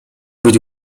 być